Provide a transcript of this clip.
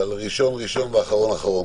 על ראשון ראשון ואחרון אחרון.